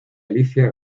alicia